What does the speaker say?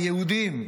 ביהודים,